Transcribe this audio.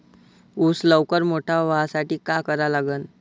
ऊस लवकर मोठा व्हासाठी का करा लागन?